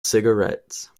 cigarettes